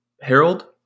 Harold